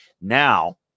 Now